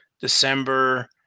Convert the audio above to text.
December